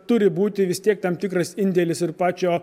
turi būti vis tiek tam tikras indėlis ir pačio